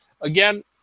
again